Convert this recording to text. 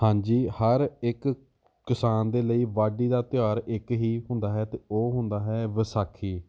ਹਾਂਜੀ ਹਰ ਇੱਕ ਕਿਸਾਨ ਦੇ ਲਈ ਵਾਢੀ ਦਾ ਤਿਉਹਾਰ ਇੱਕ ਹੀ ਹੁੰਦਾ ਹੈ ਅਤੇ ਉਹ ਹੁੰਦਾ ਹੈ ਵਿਸਾਖੀ